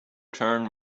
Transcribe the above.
turned